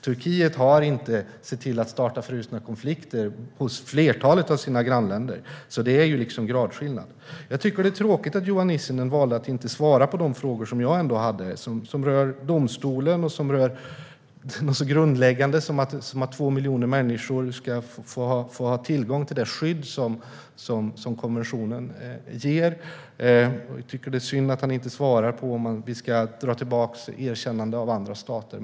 Turkiet har inte sett till att starta frusna konflikter i flertalet av sina grannländer. Det är gradskillnad mellan Ryssland och Turkiet. Jag tycker att det är tråkigt att Johan Nissinen valde att inte svara på de frågor som jag hade, som rör domstolen och som rör något så grundläggande som att 2 miljoner människor ska få ha tillgång till det skydd som konventionen ger. Jag tycker att det är synd att han inte svarar på om vi ska dra tillbaka erkännandet av andra stater.